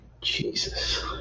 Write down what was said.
Jesus